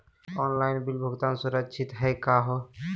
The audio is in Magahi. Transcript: ऑनलाइन बिल भुगतान सुरक्षित हई का हो?